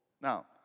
Now